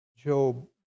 Job